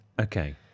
Okay